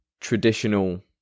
traditional